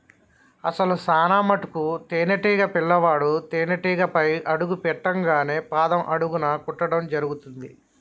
అసలు చానా మటుకు తేనీటీగ పిల్లవాడు తేనేటీగపై అడుగు పెట్టింగానే పాదం అడుగున కుట్టడం జరుగుతుంది